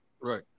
Right